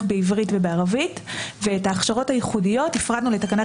בעברית ובערבית ואת ההכשרות הייחודיות הפרדנו לתקנת